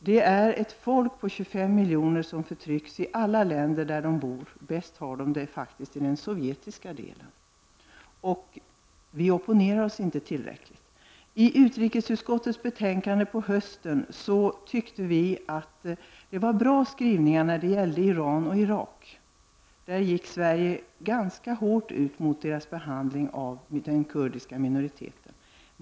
Det är ett folk på 25 miljoner, som förtrycks i alla länder där de bor. De har det faktiskt bäst i den sovjetiska delen. Vi opponerar oss inte tillräckligt mot dessa förhållanden. Utrikesutskottets betänkande från i höstas hade enligt vår mening bra skrivningar när det gällde Iran och Irak. Sverige gick där ganska hårt ut mot dessa länders behandling av den kurdiska minoriteten.